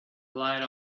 light